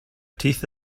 teeth